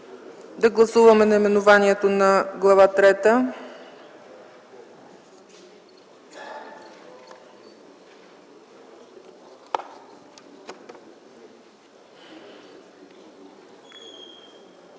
на гласуване наименованието на Глава трета.